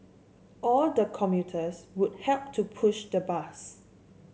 all the commuters would help to push the bus